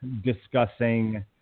discussing